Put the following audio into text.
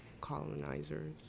colonizers